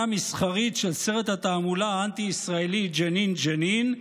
מסחרית של סרט התעמולה האנטי-ישראלי "ג'נין ג'נין",